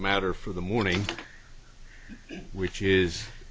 matter for the morning which is